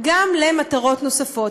למטרות נוספות.